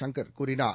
சங்கர் கூறினார்